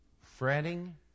Fretting